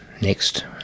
next